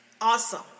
Awesome